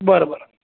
बरं बरं